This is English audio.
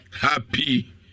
happy